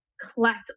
collect